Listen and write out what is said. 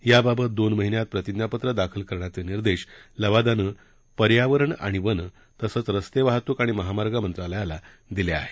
याबाबत दोन महिन्यात प्रतिज्ञापत्र दाखल करण्याचे निर्देश लवादानं पर्यावरण अणि वन तसंच रस्ते वाहतूक आणि महामार्ग मंत्रालयांना दिले आहेत